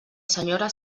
senyora